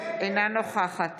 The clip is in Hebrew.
אינה נוכחת